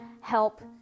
help